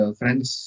friends